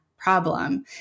problem